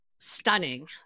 stunning